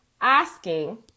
asking